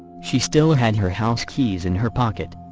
she still had her house keys in her pocket.